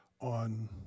on